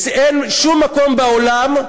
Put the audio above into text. אין שום מקום בעולם,